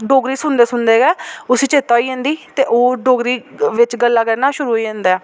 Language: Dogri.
डोगरी सुनदे सुनदे गै उसी चेता होई जंदी ते ओह् डोगरी बिच गल्लां करना शुरू होई जंदा ऐ